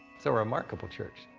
it's a remarkable church.